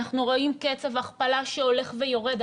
אנחנו רוצים קצב הכפלה שהולך ויורד,